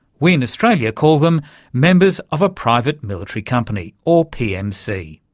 we in australia call them members of a private military company, or pmc.